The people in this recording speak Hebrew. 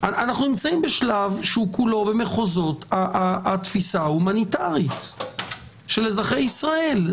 אנחנו נמצאים בשלב שהוא כולו במחוזות התפיסה ההומניטרית של אזרחי ישראל,